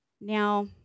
Now